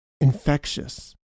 infectious